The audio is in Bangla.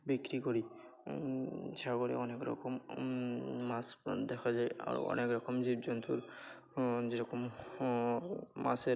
বিক্রি করি সাগরে অনেক রকম মাছ দেখা যায় আরও অনেক রকম জীবজন্তুর যে রকম মাছের